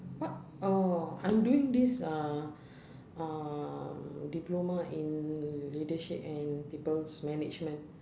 what oh I'm doing this uh um diploma in leadership and peoples management